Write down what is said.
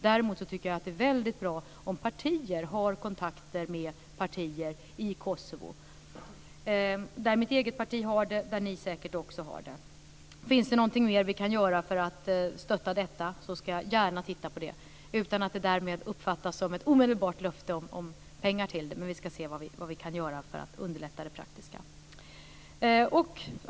Däremot tycker jag att det är väldigt bra om partier har kontakter med partier i Kosovo där mitt eget parti har det och där ni säkert också har det. Finns det något mer vi kan göra för att stötta detta ska jag gärna titta på det - dock utan att det därmed ska uppfattas som ett omedelbart löfte om pengar till det. Vi ska se vad vi kan göra för att underlätta det praktiska.